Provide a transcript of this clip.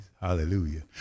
Hallelujah